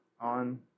on